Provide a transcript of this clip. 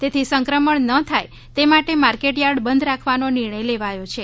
તેથી સંક્રમણ ન થાય તે માટે માર્કેટથાર્ડ બંધ રાખવાનો નિર્ણય લેવાયો છે